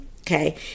okay